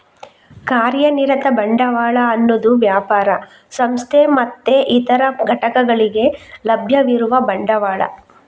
ಕಾರ್ಯನಿರತ ಬಂಡವಾಳ ಅನ್ನುದು ವ್ಯಾಪಾರ, ಸಂಸ್ಥೆ ಮತ್ತೆ ಇತರ ಘಟಕಗಳಿಗೆ ಲಭ್ಯವಿರುವ ಬಂಡವಾಳ